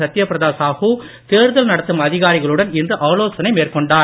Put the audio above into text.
சத்ய பிரதா சாகு தேர்தல் நடத்தும் அதிகாரிகளுடன் இன்று ஆலோசனை மேற்கொண்டார்